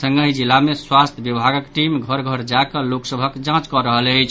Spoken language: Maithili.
संगहि जिला मे स्वास्थ्य विभागक टीम घर घर जा कऽ लोक सभक जांच कऽ रहल अछि